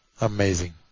Amazing